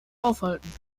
aufhalten